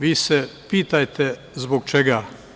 Vi se pitajte zbog čega.